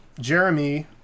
Jeremy